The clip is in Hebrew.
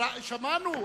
שמענו.